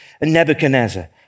Nebuchadnezzar